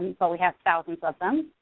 but we have thousands of them.